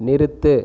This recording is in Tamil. நிறுத்து